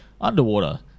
underwater